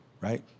right